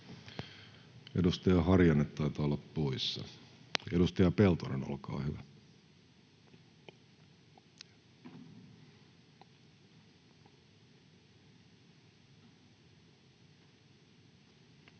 edustaja Harjanne taitaa olla poissa. — Edustaja Peltonen, olkaa hyvä.